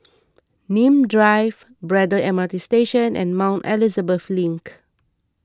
Nim Drive Braddell M RT Station and Mount Elizabeth Link